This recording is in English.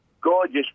gorgeous